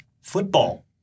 football